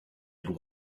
had